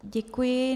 Děkuji.